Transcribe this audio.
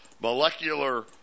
molecular